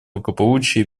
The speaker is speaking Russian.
благополучие